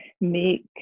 make